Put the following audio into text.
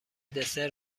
دسر